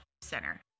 Center